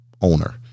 owner